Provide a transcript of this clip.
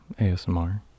ASMR